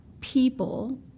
people